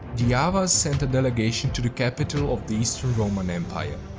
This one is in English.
the avars sent a delegation to the capital of the eastern roman empire.